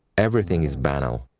everything is banal.